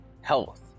health